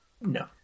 No